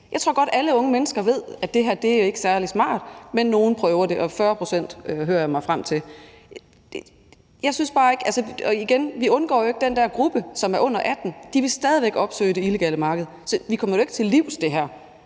Jeg tror godt, alle unge mennesker ved, at det her ikke er særlig smart, men nogle prøver det, 40 pct., hører jeg mig frem til. Jeg synes det bare ikke, og jeg vil igen sige, at vi jo ikke undgår den der gruppe, som er under 18 år. De vil stadig væk opsøge det illegale marked. Så vi kommer jo ikke det her